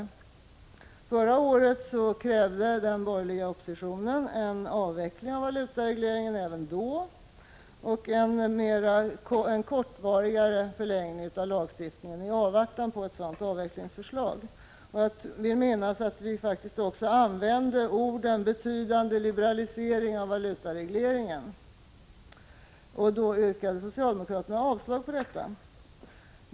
Även förra året krävde den borgerliga oppositionen en avveckling av valutaregleringen och en kortvarigare förlängning av lagstiftningen i avvaktan på ett sådant avvecklingsförslag. Jag vill också minnas att vi också faktiskt använde orden ”betydande liberalisering av valutaregleringen”. Då yrkade socialdemokraterna avslag på detta.